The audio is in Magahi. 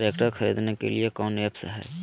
ट्रैक्टर खरीदने के लिए कौन ऐप्स हाय?